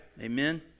Amen